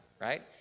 right